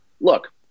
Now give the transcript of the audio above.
look